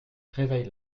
réveille